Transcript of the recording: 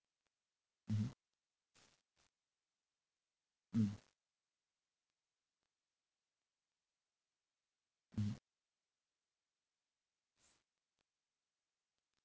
mmhmm mm mmhmm